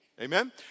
Amen